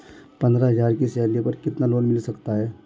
पंद्रह हज़ार की सैलरी पर कितना लोन मिल सकता है?